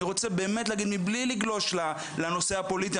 מבלי לגלוש לנושא הפוליטי,